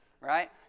right